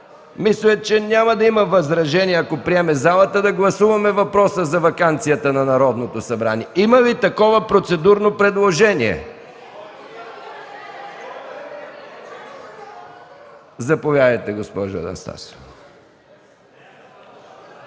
мисля, че няма да има възражения, ако приеме залата, да гласуваме въпроса за ваканцията на Народното събрание. Има ли такова процедурно предложение? (Силен шум и реплики от